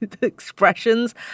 expressions